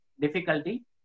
difficulty